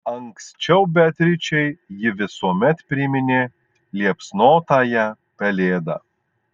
anksčiau beatričei ji visuomet priminė liepsnotąją pelėdą